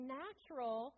natural